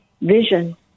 vision